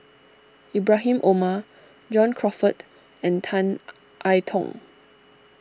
Ibrahim Omar John Crawfurd and Tan I Tong